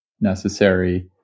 necessary